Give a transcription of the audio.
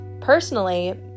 personally